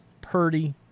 Purdy